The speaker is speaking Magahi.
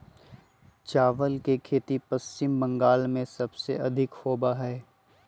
चावल के खेती पश्चिम बंगाल में सबसे अधिक होबा हई